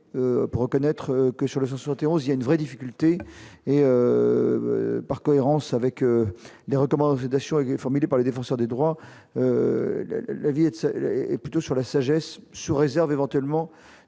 pour reconnaître que sur le 71 y a une vraie difficulté par cohérence avec les recommandations formulées par les défenseurs des droits, le vide, c'est plutôt sur la sagesse, sous réserve, éventuellement,